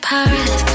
Paris